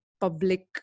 public